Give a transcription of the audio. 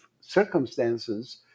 circumstances